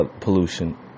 pollution